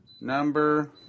number